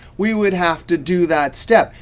we would have to do that step.